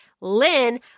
Lynn